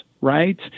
right